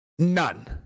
None